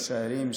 ראשי ערים,